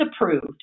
approved